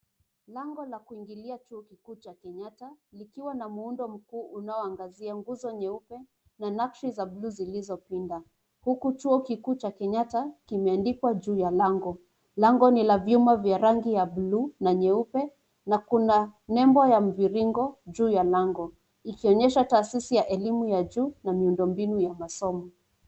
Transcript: Lango la kuingilia chuo kikuu cha Kenyatta, likiwa na muundo mkuu unaoangazia nguzo nyeupe na nakshi za bluu zilizopinda. Huku chuo kikuu cha Kenyatta kimeandikwa juu ya lango. Lango ni la vyuma vya rangi ya bluu na nyeupe, na kuna nebo ya mviringo juu ya lango. Ikionyesha taasisi ya elimu ya juu na miundombinu ya masomo.